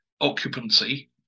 occupancy